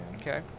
Okay